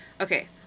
Okay